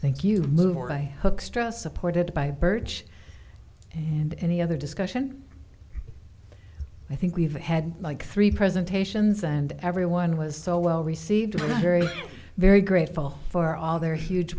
thank you move or i took stress supported by birch and any other discussion i think we've had like three presentations and everyone was so well received very very grateful for all their huge